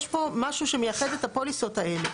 יש פה משהו שמייחד את הפוליסות האלה.